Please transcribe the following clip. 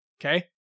okay